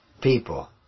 people